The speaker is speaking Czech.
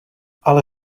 ale